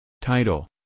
Title